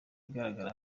igaragara